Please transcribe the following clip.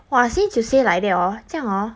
!wah! since you say like that orh 这样 orh